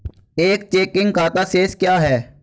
एक चेकिंग खाता शेष क्या है?